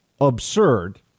absurd